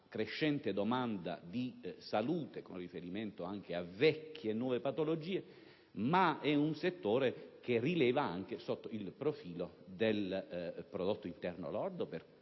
crescente domanda di salute, con riferimento anche a vecchie e nuove patologie, ma che assume un rilievo anche sotto il profilo del prodotto interno lordo, per